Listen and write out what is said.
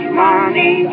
money